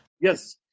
Yes